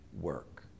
work